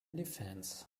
defence